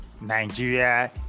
Nigeria